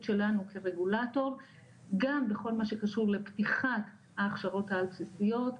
שלנו כרגולטור גם בכל מה שקשור לפתיחת ההכשרות העל בסיסיות,